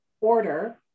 order